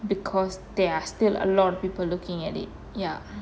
because there are still a lot of people looking at it ya